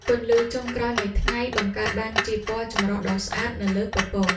ពន្លឺចុងក្រោយនៃថ្ងៃ បង្កើតបានជាពណ៌ចម្រុះដ៏ស្អាតនៅលើពពក។